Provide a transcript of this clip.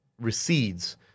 recedes